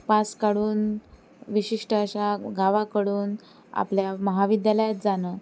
pass काढून विशिष्ट अशा गावाकडून आपल्या महाविद्यालयात जाणं